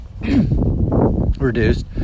reduced